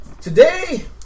today